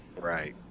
right